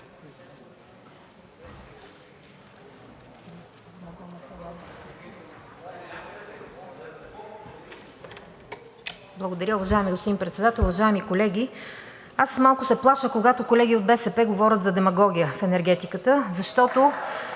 Благодаря. Уважаеми господин Председател, уважаеми колеги! Аз малко се плаша, когато колеги от БСП говорят за демагогия в енергетиката